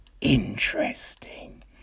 Interesting